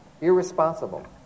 irresponsible